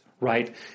right